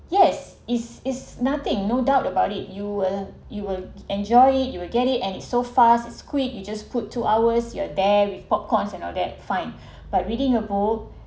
yes is is nothing no doubt about it you will you will enjoy it you will get it and so fast its quick you just put two hours you're there with popcorn and all that fine but reading a book